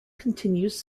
continues